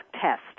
test